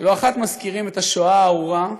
ולא אחת מזכירים את השואה הארורה,